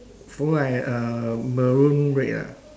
follow by uh maroon red ah